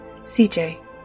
CJ